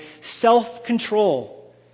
self-control